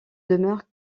demeure